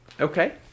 Okay